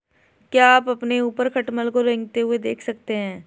क्या आप अपने ऊपर खटमल को रेंगते हुए देख सकते हैं?